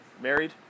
married